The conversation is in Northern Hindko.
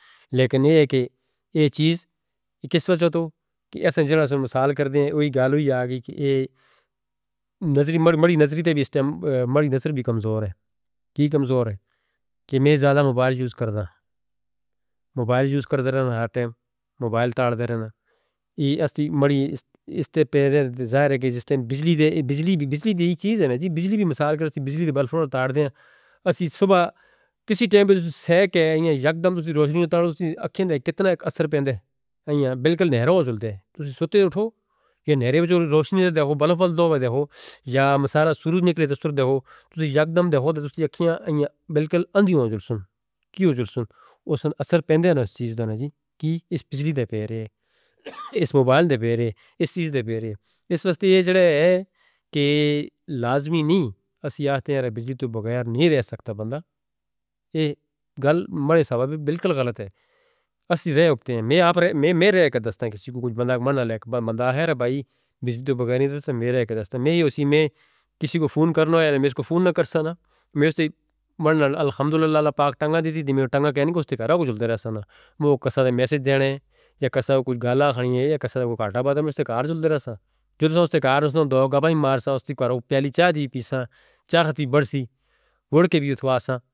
لیکن یہ ہے کہ ایک چیز اس وجہ سے کہ ایسا جنرلوں سے مثال کر دیں وہی گال ہوئی آگئی کہ یہ مری نظر بھی کمزور ہے کیا کمزور ہے کہ میں زیادہ موبائل یوز کرتا ہوں موبائل یوز کرتا رہنا ہار ٹائم موبائل تاڑتے رہنا یہ مری اس پہ پیدا ہے۔ ظاہر ہے کہ بجلی دی یہ چیز ہے بجلی بھی مثال کر رہی ہے کہ بجلی دے بلب پھڑھتے رہتے ہیں ہم صبح کسی ٹائم سے سیہ کہہ رہے ہیں یک دم سے روشنیت آتے ہیں کتنے اثر پیدا ہیں بالکل نیرے ہو جڑتے ہیں آپ سوتے اٹھو یہ نیرے بچو روشنی دے دیکھو بلب پھڑھ دے دیکھو یا مسارہ سورج نکلے تو سورج دیکھو یک دم دیکھو کہ آپ کی آنکھیں بالکل اندھی ہو جڑتے ہیں کیا ہو جڑتے ہیں ان پر اثر پیدا ہیں اس چیز کا کی اس بجلی دے پیرے اس موبائل دے پیرے اس چیز دے پیرے۔ اس واسطے یہ جو ہے کہ لازمی نہیں کہ ہم بجلی تو بغیر نہیں رہ سکتا بندہ یہ گل مرے ثواب بلکل غلط ہے ہم رہتے ہیں میں رہتا ہوں کسی کو بندہ مڑنا لے بندہ ہے ربائی بجلی تو بغیر نہیں رہ سکتا میں رہتا ہوں کسی کو فون کرنا یا میں اس کو فون نہ کر سکا میرے سے مڑنا لے الحمدللہ اللہ پاک ٹنگاں دے دی میں ٹنگاں کہنے کو اس طرح کارا ہو جڑتے رہتے ہیں وہ قصہ دے میسج دینے یا کسی کو کچھ گالا کھانی ہے یا کسی کو کارٹا باتے میرے سے کار جڑتے رہتے ہیں اس کے کار اس نے دوگہ بھائی مارسا اس کے کار پہلے چائے دی پیسہ چائے کھتی بڑھ سی گھڑ کے بھی اتھواسا.